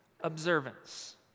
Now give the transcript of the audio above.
observance